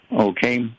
okay